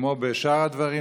כמו בשאר הדברים,